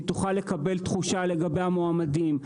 היא תוכל לקבל תחושה לגבי המועמדים,